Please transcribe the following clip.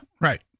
Right